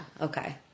Okay